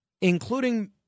including